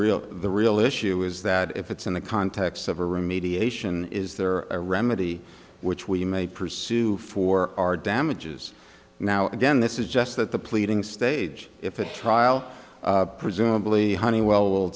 real the real issue is that if it's in the context of a remediation is there a remedy which we may pursue for our damages now again this is just that the pleading stage if a trial presumably honeywell